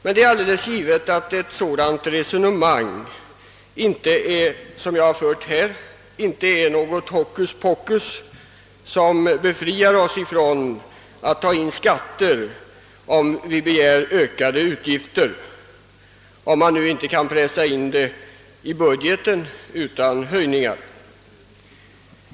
Det är alldeles givet att ett sådant resonemang som det jag här har fört inte är något hokus-pokus som befriar oss från att ta in skatter om vi begär ökade utgifter, om de ökade utgifterna inte går att pressa in i budgeten utan skattehöjningar.